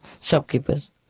shopkeepers